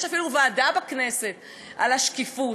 יש אפילו ועדה בכנסת על השקיפות,